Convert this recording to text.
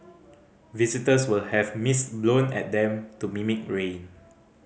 visitors will have mist blown at them to mimic rain